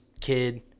kid